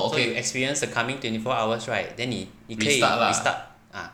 so you experience the coming twenty four hours right then 你你可以 restart ah